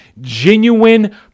genuine